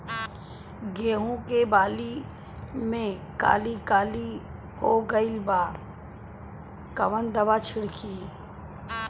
गेहूं के बाली में काली काली हो गइल बा कवन दावा छिड़कि?